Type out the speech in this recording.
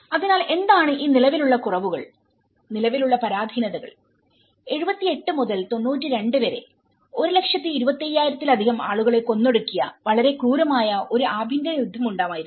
അതിനാൽ എന്താണ് ഈ നിലവിലുള്ള കുറവുകൾ നിലവിലുള്ള പരാധീനതകൾ 78 മുതൽ 92 വരെ 125000 ത്തിലധികം ആളുകളെ കൊന്നൊടുക്കിയ വളരെ ക്രൂരമായ ഒരു ആഭ്യന്തരയുദ്ധമുണ്ടായിരുന്നു